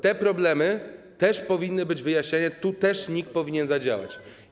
Te problemy też powinny być wyjaśniane, tu też NIK powinien zadziałać.